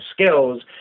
skills